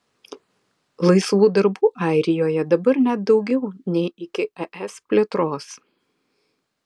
laisvų darbų airijoje dabar net daugiau nei iki es plėtros